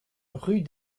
rue